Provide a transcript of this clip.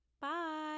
bye